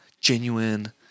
genuine